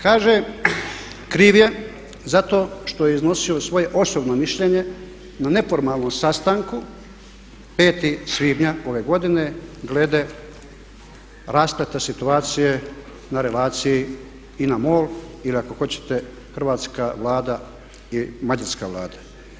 Kaže kriv je zato što je iznosio svoje osobno mišljenje na neformalnom sastanku 5. svibnja ove godine glede raspleta situacije na relaciji INA – MOL ili ako hoćete hrvatska Vlada i mađarska Vlada.